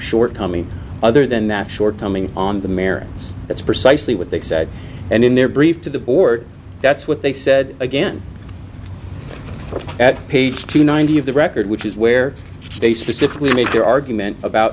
shortcomings other than that shortcoming on the merits that's precisely what they said and in their brief to the board that's what they said again at page two hundred ninety of the record which is where they specifically made their argument about